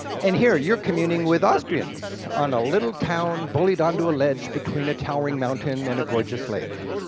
and here you're communing with austrians on a little town bullied onto a ledge between a towering mountain and a gorgeous lake.